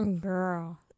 Girl